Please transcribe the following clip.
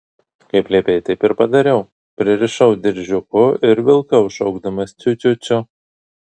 kaip liepei taip ir padariau prisirišau diržiuku ir vilkau šaukdamas ciu ciu ciu